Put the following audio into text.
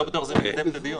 אני לא בטוח שזה יקדם את הדיון.